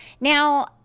Now